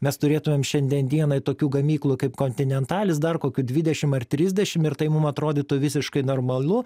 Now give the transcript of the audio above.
mes turėtumėm šiandien dienai tokių gamyklų kaip kontinentalis dar kokių dvidešimt ar trisdešimt ir tai mum atrodytų visiškai normalu